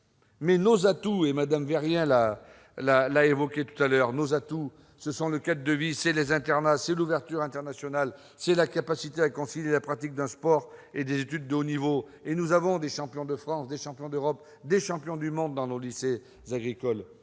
Nos atouts, Mme Vérien l'a évoqué tout à l'heure, ce sont le cadre de vie, les internats, l'ouverture internationale, la capacité à concilier la pratique d'un sport et des études de haut niveau. Nous avons des champions de France, des champions d'Europe, des champions du monde dans nos lycées agricoles.